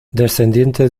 descendiente